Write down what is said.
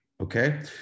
Okay